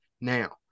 now